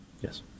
Yes